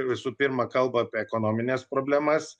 visų pirma kalba apie ekonomines problemas